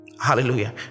hallelujah